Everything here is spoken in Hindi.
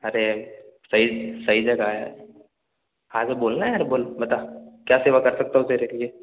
अरे सही सही जगह आया है हाँ तो बोलना यार बता क्या सेवा कर सकता हूँ तेरे लिए